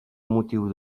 motiu